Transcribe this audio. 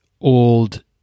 old